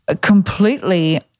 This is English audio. completely